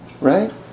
Right